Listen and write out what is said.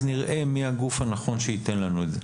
נראה מי הגוף הנכון שייתן לנו את זה.